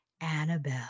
annabelle